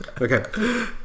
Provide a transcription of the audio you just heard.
Okay